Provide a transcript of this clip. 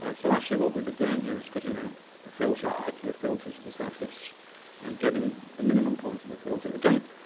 um so, actually, what we were doing here was putting a filter, a particular filter, to the surface and getting the minimum points of the filter. again,